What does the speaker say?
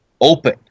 open